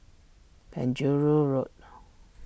Penjuru Road